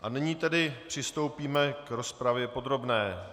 A nyní tedy přistoupíme k rozpravě podrobné.